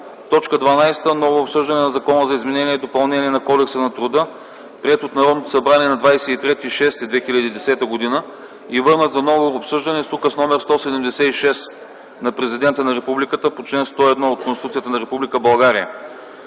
фонд. 12. Ново обсъждане на Закона за изменение и допълнение на Кодекса на труда, приет от Народното събрание на 23.06.2010 г. и върнат за ново обсъждане с Указ № 176 на Президента на Републиката по чл. 101 от Конституцията на Република България.